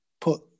put